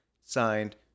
Signed